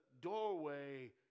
doorway